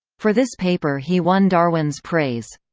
for this paper he won darwin's praise.